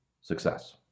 success